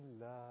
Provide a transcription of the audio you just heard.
love